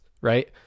right